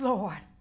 Lord